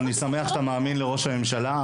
אני שמח שאתה מאמין לראש הממשלה,